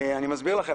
אני מסביר לכם.